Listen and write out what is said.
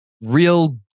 real